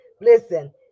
Listen